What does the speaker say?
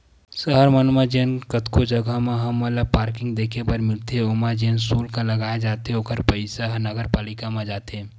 सहर मन म जेन कतको जघा म हमन ल पारकिंग देखे बर मिलथे ओमा जेन सुल्क लगाए जाथे ओखर पइसा ह नगरपालिका म जाथे